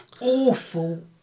awful